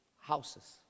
houses